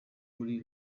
muri